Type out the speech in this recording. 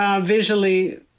visually